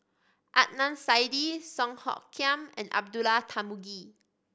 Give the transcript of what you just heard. Adnan Saidi Song Hoot Kiam and Abdullah Tarmugi